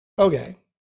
Okay